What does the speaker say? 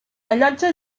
allotja